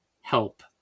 help